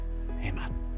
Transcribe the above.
amen